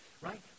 right